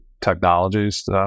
technologies